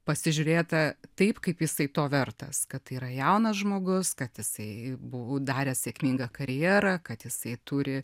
pasižiūrėta taip kaip jisai to vertas kad tai yra jaunas žmogus kad jisai buvo daręs sėkmingą karjerą kad jisai turi